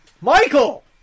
Michael